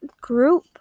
group